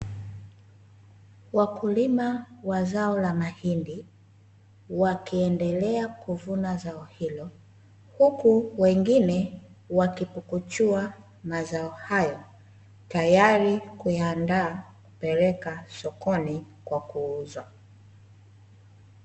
Wakulima wa zao la mahindi wakiendelea kuvuna zao hilo, huku wengine wakipukuchua mazao hayo tayari kuyandaa kupeleka sokoni kwa kuuzwa.